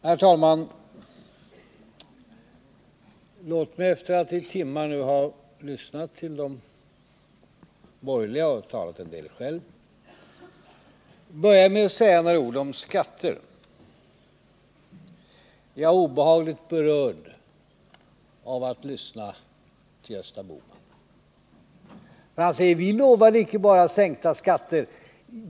Herr talman! Låt mig, efter att i timmar nu ha lyssnat till de borgerliga och talat en del själv, börja med att säga några ord om skatter. Jag är obehagligt berörd av att lyssna till Gösta Bohman. Han säger: Vi lovade inte bara sänkta skatter.